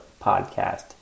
podcast